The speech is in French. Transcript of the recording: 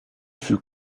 fut